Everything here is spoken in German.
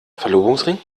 verlobungsring